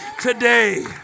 today